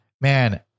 man